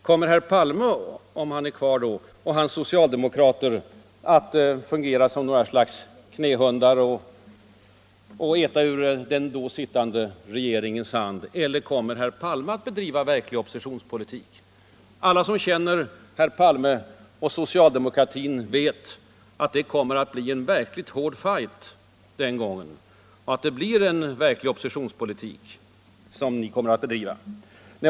Kommer herr Palme, om han är kvar då, och hans socialdemokrater då att fungera som något slags knähundar och äta ur den då sittande regeringens hand, eller kommer herr Palme att bedriva en kraftfull oppositionspolitik? Alla som känner herr Palme och socialdemokratin vet att det kommer att bli en verkligt hård fight den gången och att det blir en hård oppositionspolitik som ni kommer att bedriva.